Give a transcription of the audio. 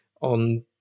on